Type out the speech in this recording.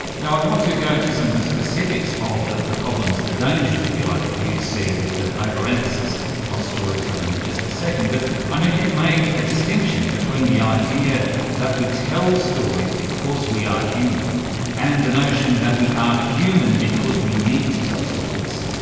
i want to go to some of the specifics of the the problems, the dangers, if you like, that you see with an over-emphasis on storytelling in just a second, but i know you've made a distinction between the idea that we tell stories because we are human and the notion that we are human because we need to tell stories.